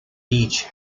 teach